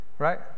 right